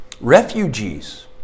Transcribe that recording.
refugees